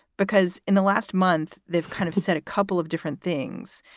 because in the last month, they've kind of said a couple of different things.